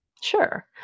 Sure